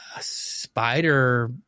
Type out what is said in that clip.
spider